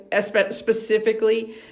specifically